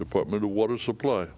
department of water supply